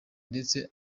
ndetse